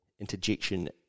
interjection